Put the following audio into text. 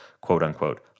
quote-unquote